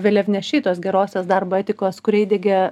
vėliavnešiai tos gerosios darbo etikos kurią įdiegė